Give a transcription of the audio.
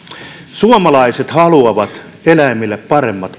suomalaiset haluavat eläimille paremmat